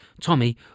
Tommy